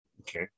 Okay